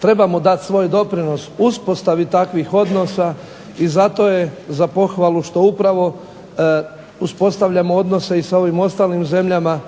trebamo dati svoj doprinos uspostavi takvih odnosa. I zato je za pohvalu što uspostavljamo odnose i sa ovim ostalim zemljama